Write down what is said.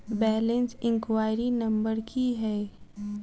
Balance enquiry number की है?